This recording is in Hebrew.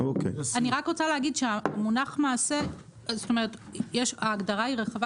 אמנם המונח "מעשה" רחב,